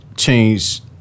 Change